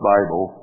Bible